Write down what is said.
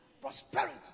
prosperity